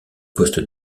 poste